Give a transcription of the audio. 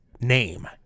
name